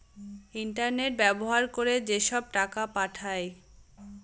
internet ব্যবহার করে যেসব টাকা পাঠায়